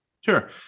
Sure